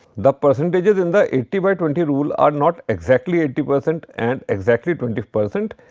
the percentages in the eighty by twenty rule are not exactly eighty percent and exactly twenty percent,